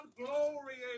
glory